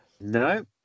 No